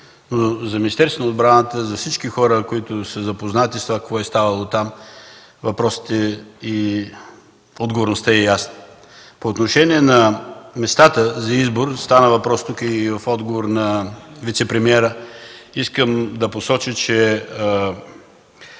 за Министерството на отбраната, за всички хора, които са запознати какво е ставало там, въпросите и отговорността са ясни. По отношение на местата за избор – тук стана въпрос и в отговор на вицепремиера, искам да посоча, че